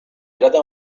trata